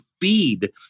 feed